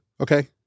okay